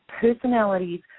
Personalities